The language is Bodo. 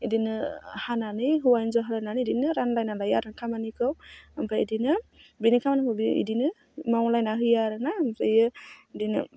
बिदिनो हानानै हौवा हिन्जाव हानानै बिदिनो रानलायना लायो आरो खामानिखौ ओमफ्राय बिदिनो बेनि खामानिखौ बेयो बिदिनो मावलायना होयो आरो ना ओमफ्राय बिदिनो